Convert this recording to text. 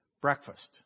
breakfast